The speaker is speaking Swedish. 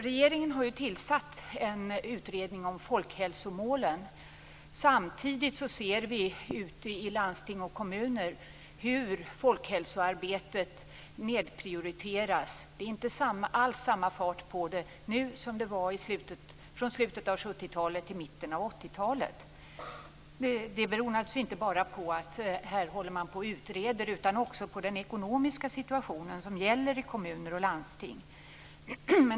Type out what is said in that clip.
Regeringen har ju tillsatt en utredning om folkhälsomålen. Samtidigt ser vi hur folkhälsoarbetet nedprioriteras ute i landsting och kommuner. Det är inte alls samma fart på det nu som det var från slutet av 70-talet till mitten av 80-talet. Det beror naturligtvis inte bara på att man håller på och utreder här utan också på den ekonomiska situation som råder i kommuner och landsting.